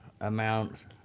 amount